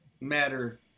matter